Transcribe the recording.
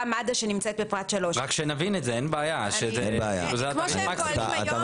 מד"א שנמצאת בפרט 3. אין בעיה אבל שנבין את זה.